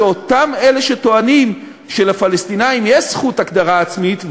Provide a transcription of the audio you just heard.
שאלה שטוענים שלפלסטינים יש זכות הגדרה עצמית,